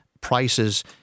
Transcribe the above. prices